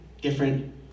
different